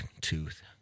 tooth